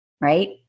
right